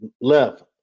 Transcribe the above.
left